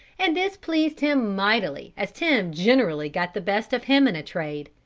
and this pleased him mightily as tim generally got the best of him in a trade.